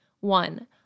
One